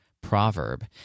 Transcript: proverb